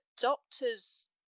doctors